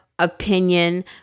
opinion